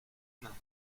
mains